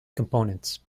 components